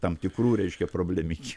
tam tikrų reiškia problemyčių